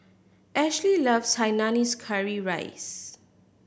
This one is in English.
Ashely loves Hainanese curry rice